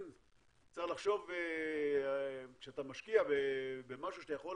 צריך לחשוב שאתה משקיע במשהו שאתה יכול